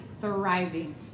thriving